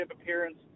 appearance